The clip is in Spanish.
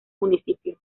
municipio